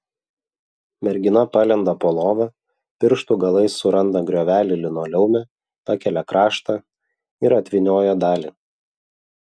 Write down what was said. mergina palenda po lova pirštų galais suranda griovelį linoleume pakelia kraštą ir atvynioja dalį